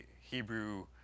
Hebrew